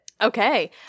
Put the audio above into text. Okay